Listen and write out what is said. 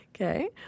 Okay